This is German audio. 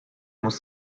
muss